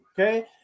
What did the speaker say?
Okay